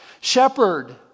Shepherd